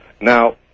Now